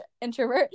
introvert